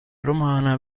romana